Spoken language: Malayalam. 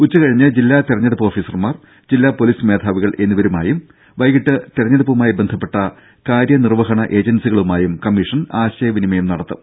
ഉച്ചകഴിഞ്ഞ് ജില്ലാ തെരഞ്ഞെടുപ്പ് ഓഫീസർമാർ ജില്ലാ പൊലീസ് മേധാവികൾ എന്നിവരുമായും വൈകിട്ട് തെരഞ്ഞെടുപ്പുമായി ബന്ധപ്പെട്ട കാര്യനിർവഹണ ഏജൻസികളുമായും കമ്മീഷൻ ആശയവിനിമയം നടത്തും